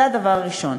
זה הדבר הראשון.